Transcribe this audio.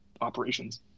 operations